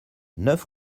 neuf